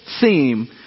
theme